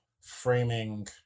framing